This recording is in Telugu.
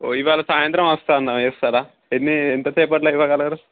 ఓ ఇవాళ సాయంత్రం వస్తాను అన్న వేస్తారా ఎన్ని ఎంతసేపట్లో ఇవ్వగలరు